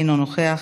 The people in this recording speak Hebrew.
אינו נוכח,